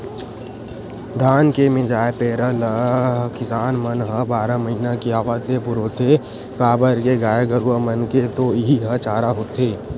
धान के मिंजाय पेरा ल किसान मन ह बारह महिना के आवत ले पुरोथे काबर के गाय गरूवा मन के तो इहीं ह चारा होथे